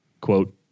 quote